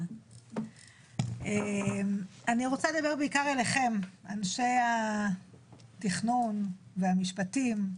אני רוצה לדבר בעיקר אליכם, אנשי התכנון והמשפטים.